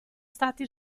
stati